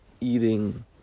eating